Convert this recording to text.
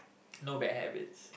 no bad habits